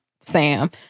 Sam